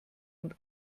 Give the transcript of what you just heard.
und